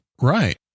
Right